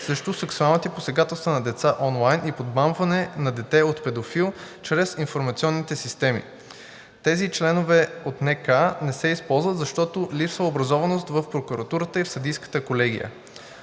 срещу сексуалните посегателства на деца онлайн и подмамване на дете от педофил през информационните системи. Тези членове от НК не се използват, защото липсва образованост в прокуратурата и в съдийската колегия.